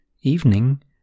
evening